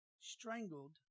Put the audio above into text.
strangled